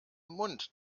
mund